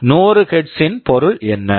100 hertz Hz ஸின் பொருள் என்ன